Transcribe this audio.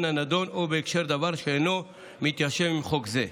הנדון או בהקשר דבר שאינו מתיישב עם חוק זה.